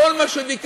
כל מה שביקשנו,